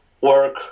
work